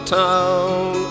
town